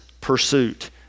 pursuit